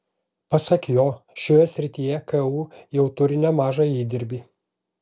pasak jo šioje srityje ku jau turi nemažą įdirbį